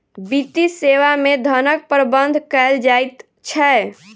वित्तीय सेवा मे धनक प्रबंध कयल जाइत छै